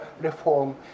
reform